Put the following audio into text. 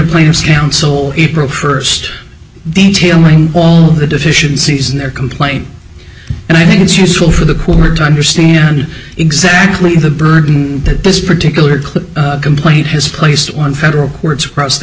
plaintiff's counsel april first detailing all the deficiencies in their complaint and i think it's useful for the poor to understand exactly the burden that this particular clip complaint has placed on federal courts across the